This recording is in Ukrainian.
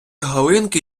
галинки